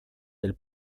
del